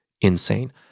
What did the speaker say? insane